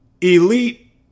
elite